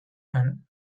and